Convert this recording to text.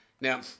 Now